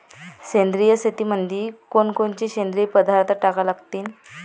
सेंद्रिय शेतीमंदी कोनकोनचे सेंद्रिय पदार्थ टाका लागतीन?